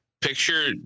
picture